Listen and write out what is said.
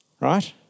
Right